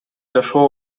жашоо